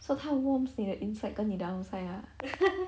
so 它 warms 它的 inside 跟你的 outside ah